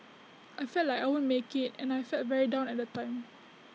I felt like I won't make IT and I felt very down at the time